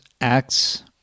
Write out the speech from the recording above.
acts